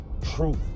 truth